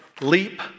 leap